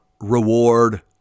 reward